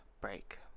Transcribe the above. break